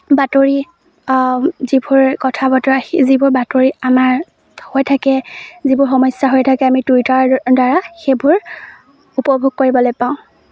বাতৰি যিবোৰ কথা বতৰা স যিবোৰ বাতৰি আমাৰ হৈ থাকে যিবোৰ সমস্যা হৈ থাকে আমি টুইটাৰৰ দ্বাৰা সেইবোৰ উপভোগ কৰিবলৈ পাওঁ